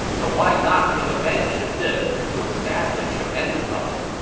so why not take advantage of this to establish your enterprise.